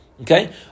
Okay